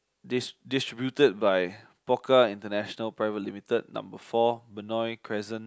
dis~ distributed by Pokka international private limited number four Benoi cresent